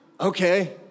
Okay